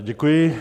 Děkuji.